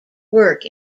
work